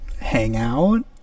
hangout